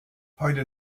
heute